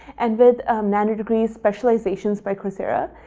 and with nano-degrees, specializations by coursera,